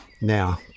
Now